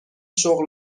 شغل